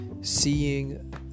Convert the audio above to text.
seeing